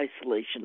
isolation